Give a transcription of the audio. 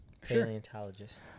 Paleontologist